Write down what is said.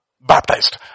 baptized